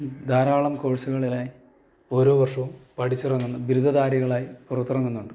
ധാരാളം കോഴ്സുകളിലായി ഓരോ വർഷവും പഠിച്ചിറങ്ങുന്നു ബിരുദ ധാരികളായി പുറത്തിറങ്ങുന്നുണ്ട്